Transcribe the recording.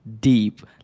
deep